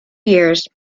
years